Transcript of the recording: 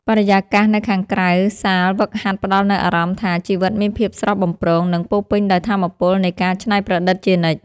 បរិយាកាសនៅខាងក្រៅសាលហ្វឹកហាត់ផ្ដល់នូវអារម្មណ៍ថា ជីវិតមានភាពស្រស់បំព្រង និងពោរពេញដោយថាមពលនៃការច្នៃប្រឌិតជានិច្ច។